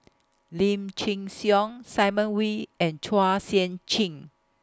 Lim Chin Siong Simon Wee and Chua Sian Chin